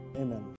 Amen